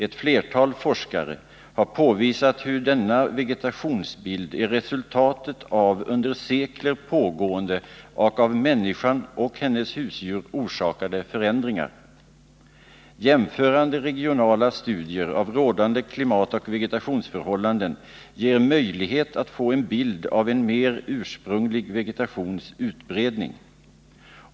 Ett flertal forskare har påvisat hur denna vegetationsbild är resultatet av under sekler pågående och av människan och hennes husdjur orsakade förändringar. Jämförande regionala studier av rådande klimatoch vegetationsförhållanden ger oss möjlighet att få en bild av en mera ursprunglig vegetations utbredning.